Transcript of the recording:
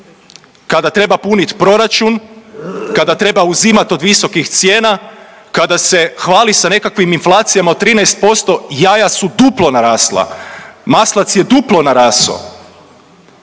Kada treba punit proračun, kada treba uzimat od visokih cijena, kada se hvali sa nekakvim inflacijama od 13% jaja su duplo narasla, maslac je duplo naraso,